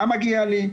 מה מגיע לי,